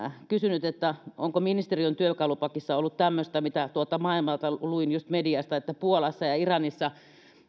kysynyt onko ministeriön työkalupakissa ollut tämmöistä mitä tuolta maailmalta luin just mediasta että puolassa ja iranissa